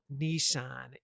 Nissan